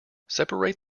separate